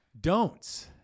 Don'ts